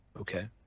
Okay